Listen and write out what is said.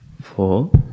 four